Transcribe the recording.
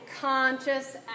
conscious